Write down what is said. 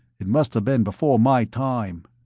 it musta been before my time.